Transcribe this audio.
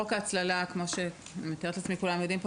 חוק ההצללה כמו שאני מתארת לעצמי שכולם פה יודעים,